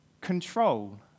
control